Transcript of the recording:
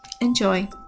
Enjoy